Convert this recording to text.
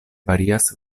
varias